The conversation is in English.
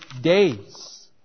days